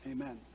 Amen